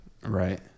Right